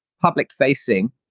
public-facing